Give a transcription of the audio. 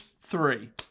Three